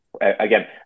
again